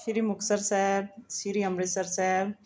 Shri Muktsar Sahib Shri Amritsar Sahib